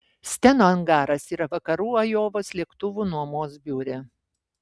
steno angaras yra vakarų ajovos lėktuvų nuomos biure